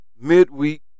midweek